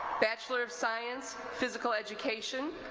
bachelor of science-physical education